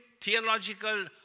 theological